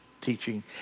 teaching